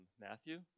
Matthew